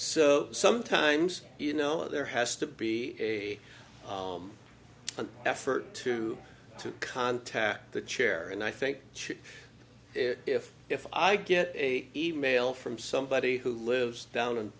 so sometimes you know there has to be a an effort to to contact the chair and i think chip if if i get a email from somebody who lives down in